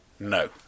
No